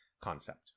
concept